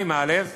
"2א.